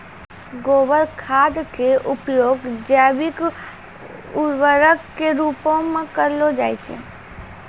गोबर खाद के उपयोग जैविक उर्वरक के रुपो मे करलो जाय छै